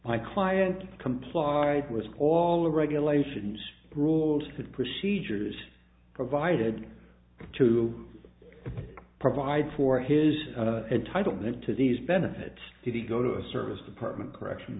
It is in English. my client complied with all the regulations rules that procedures provided to provide for his entitlement to these benefits did he go to a service department correction